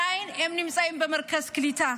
הם עדיין נמצאים במרכז קליטה,